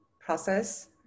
process